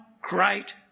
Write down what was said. great